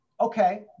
Okay